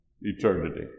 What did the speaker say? eternity